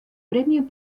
premio